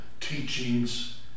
teachings